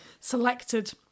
selected